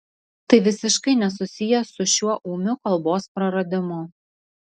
tai visiškai nesusiję su šiuo ūmiu kalbos praradimu